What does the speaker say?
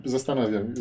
Zastanawiam